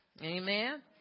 Amen